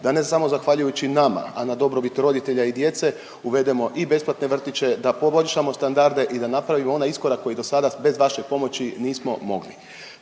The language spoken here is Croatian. da ne samo zahvaljujući nama, a na dobrobit roditelja i djece uvedemo i besplatne vrtiće, da poboljšamo standarde i da napravimo onaj iskorak koji do sada bez vaše pomoći nismo mogli.